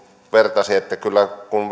vertasi että kyllä kun